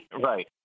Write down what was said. Right